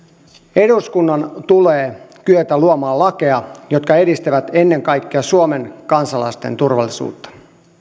eduskunnan tulee kyetä luomaan lakeja jotka edistävät ennen kaikkea suomen kansalaisten turvallisuutta